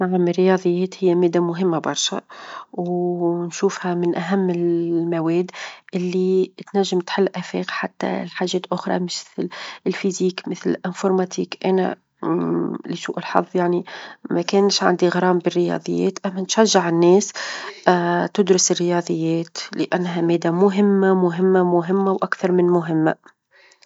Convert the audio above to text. نعم الرياظيات هي مادة مهمة برشا، ونشوفها من أهم المواد اللي تنجم تحل آفاق حتى لحاجات أخرى مثل الفيزياء، مثل علوم الحاسب أنا لسوء الحظ يعني ما كانش عندي غرام بالرياظيات أنا نشجع الناس تدرس الرياظيات؛ لأنها مادة مهمة، مهمة، مهمة، وأكثر من مهمة.